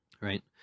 right